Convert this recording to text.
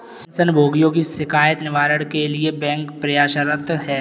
pension भोगियों की शिकायत निवारण के लिए बैंक प्रयासरत है